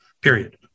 period